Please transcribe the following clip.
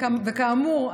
וכאמור,